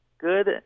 good